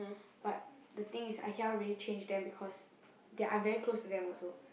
but the thing is I cannot really change them because that I very close to them also